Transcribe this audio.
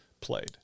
played